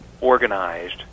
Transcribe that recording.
organized